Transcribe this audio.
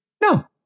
No